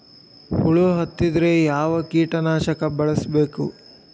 ಹುಳು ಹತ್ತಿದ್ರೆ ಯಾವ ಕೇಟನಾಶಕ ಬಳಸಬೇಕ?